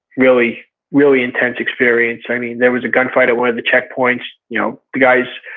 really really intense experience. i mean there was a gunfight at one of the checkpoints. you know the guys,